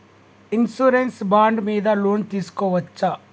Insurance bond మీద loan తీస్కొవచ్చా?